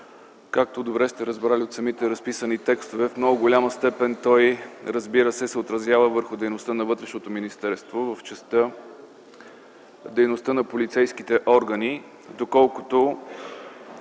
както добре сте разбрали от самите разписани текстове, в много голяма степен той, разбира се, се отразява върху дейността на Вътрешното министерство в частта за дейността на полицейските органи, доколкото